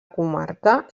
comarca